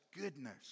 goodness